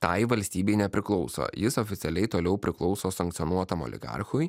tai valstybei nepriklauso jis oficialiai toliau priklauso sankcionuotam oligarchui